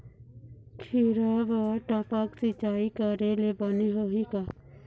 खिरा बर टपक सिचाई करे ले बने होही का?